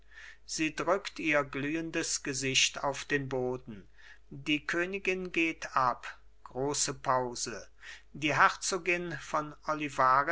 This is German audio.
sie drückt ihr glühendes gesicht aus den boden die königin geht ab große pause die herzogin von olivarez